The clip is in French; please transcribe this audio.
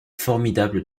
formidable